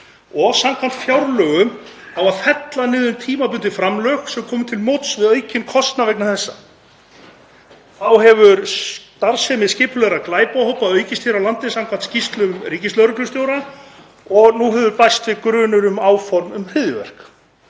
Samkvæmt fjárlögum á að fella niður tímabundin framlög sem komu til móts við aukinn kostnað vegna þessa. Þá hefur starfsemi skipulagðra glæpahópa aukist hér á landi samkvæmt skýrslu ríkislögreglustjóra og nú hefur bæst við grunur um áform um hryðjuverk.